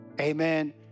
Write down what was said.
amen